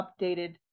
updated